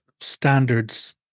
standards